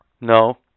No